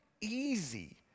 easy